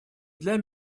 для